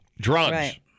drugs